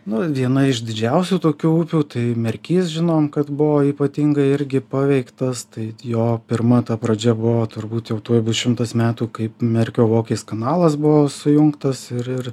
nu viena iš didžiausių tokių upių tai merkys žinom kad buvo ypatingai irgi paveiktas tai jo pirma ta pradžia buvo turbūt jau tuoj bus šimtas metų kaip merkio vokės kanalas buvo sujungtas ir ir